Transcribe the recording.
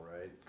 right